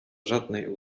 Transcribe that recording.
żadnej